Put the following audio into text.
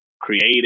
creative